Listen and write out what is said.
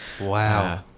Wow